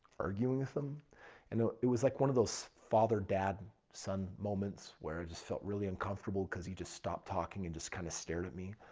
arguing with him. and it was like one of those father dad son moments where i just felt really uncomfortable because he just stopped talking and just kind of stared at me.